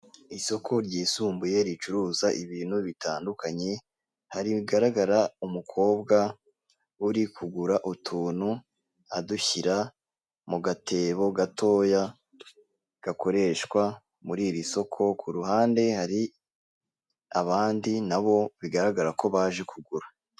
Isoko ryisumbuye ricuruza ibintu bitandukanye, hari bigaragara umukobwa uri kugura utuntu adushyira mu gatebo gatoya, gakoreshwa muri iri soko, ku ruhande hari abandi nabo bigaragara ko baje kugura.